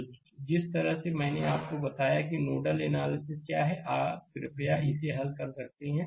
तो जिस तरह से मैंने आपको बताया है कि नोडल एनालिसिस क्या आप कृपया इसे हल कर सकते हैं